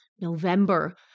November